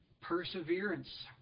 perseverance